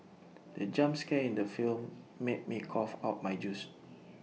the jump scare in the film made me cough out my juice